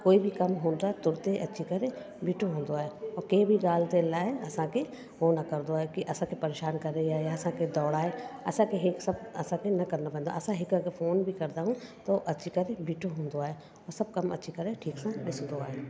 कोई बि कमु हूंदो आहे तुर ते अची करे बीठो हूंदो आहे और कंहिं बि ॻाल्हि जे लाइ असांखे हू न करंदो आहे कि असांखे परेशान करे या असांखे दौड़ाए असांखे ही सभु असांखे न करिणो पईंदो आहे असां हिकु अगरि फोन बि करंदा आहियूं त अची करे बीठो हूंदो आहे और सभु कम अची करे ठीक सां ॾिसंदो आहे